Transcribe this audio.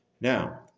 Now